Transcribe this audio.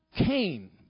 Cain